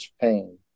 pain